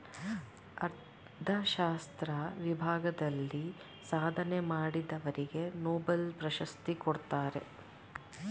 ಅರ್ಥಶಾಸ್ತ್ರ ವಿಭಾಗದಲ್ಲಿ ಸಾಧನೆ ಮಾಡಿದವರಿಗೆ ನೊಬೆಲ್ ಪ್ರಶಸ್ತಿ ಕೊಡ್ತಾರೆ